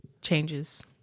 Changes